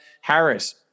Harris